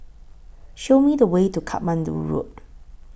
Show Me The Way to Katmandu Road